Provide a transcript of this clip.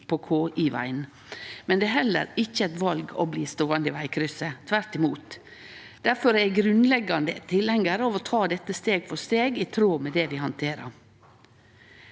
på KI-vegen. Det er heller ikkje eit val å bli ståande i vegkrysset – tvert imot. Difor er eg grunnleggjande tilhengjar av å ta dette steg for steg i tråd med det vi handterer.